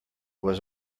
was